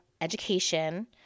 education